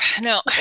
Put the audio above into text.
No